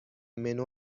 منو